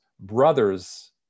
brothers